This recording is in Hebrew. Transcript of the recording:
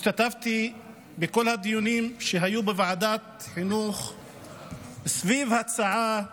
השתתפתי בכל הדיונים שהיו בוועדת חינוך סביב הצעה זו,